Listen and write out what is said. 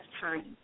time